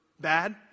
bad